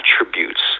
attributes